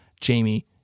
Jamie